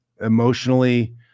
emotionally